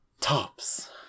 Tops